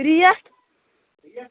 rate